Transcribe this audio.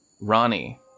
Ronnie